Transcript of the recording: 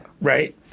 right